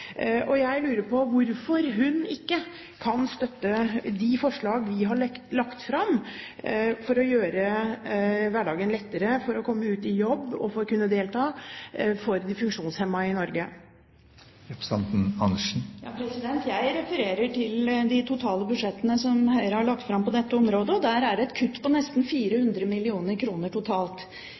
funksjonshemmede. Jeg lurer på hvorfor hun ikke kan støtte de forslag vi har lagt fram når det gjelder de funksjonshemmede i Norge – for å gjøre hverdagen lettere, for at de kan komme ut i jobb, og for at de skal kunne delta. Jeg refererer til de totale budsjettene som Høyre har lagt fram på dette området. Der er det et kutt på nesten 400 mill. kr totalt.